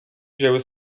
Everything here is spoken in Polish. wzięły